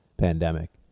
pandemic